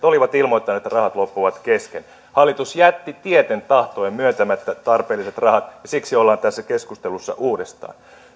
olivat ilmoittaneet että rahat loppuvat kesken hallitus jätti tieten tahtoen myöntämättä tarpeelliset rahat ja siksi ollaan tässä keskustelussa uudestaan